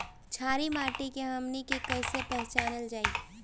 छारी माटी के हमनी के कैसे पहिचनल जाइ?